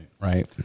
Right